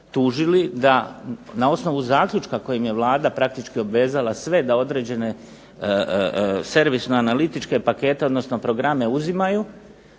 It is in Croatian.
tužili da na osnovu zaključka kojim je Vlada praktički obvezala sve da određene servisne analitičko pakete, odnosno programe uzimaju,